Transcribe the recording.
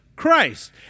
Christ